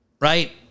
Right